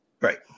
Right